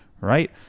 Right